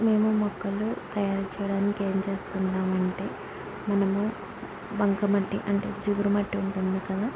మేము మొక్కలు తయారు చేయడానికి ఏం చేస్తున్నామంటే మనము బంకమట్టి అంటే జిగురు మట్టి ఉంటుంది కదా